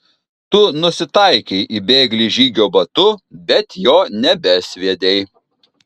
tu nusitaikei į bėglį žygio batu bet jo nebesviedei